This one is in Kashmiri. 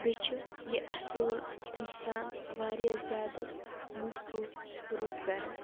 بیٚیہِ چھُ یہِ اَصۭل اِنسان واریاہ زیادٕ موسوٗس رُت کَران